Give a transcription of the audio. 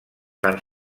fan